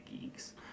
geeks